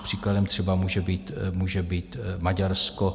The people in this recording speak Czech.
Příkladem třeba může být může být Maďarsko.